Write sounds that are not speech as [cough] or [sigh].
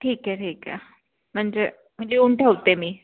ठीक आहे ठीक आहे म्हणजे म्हणजे [unintelligible] ठेवते मी